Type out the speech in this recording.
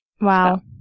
Wow